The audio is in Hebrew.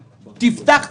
תפתח,